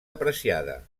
apreciada